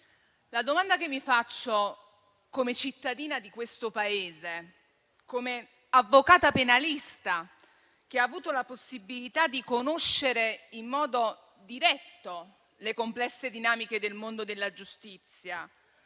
La domanda che mi faccio, come cittadina di questo Paese, come avvocata penalista che ha avuto la possibilità di conoscere in modo diretto le complesse dinamiche del mondo della giustizia,